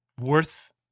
worth